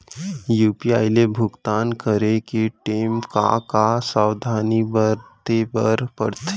UPI ले भुगतान करे टेम का का सावधानी बरते बर परथे